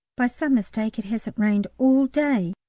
by some mistake it hasn't rained all day,